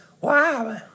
wow